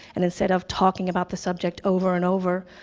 and instead of talking about the subject over and over,